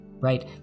right